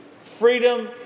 Freedom